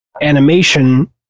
animation